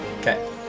Okay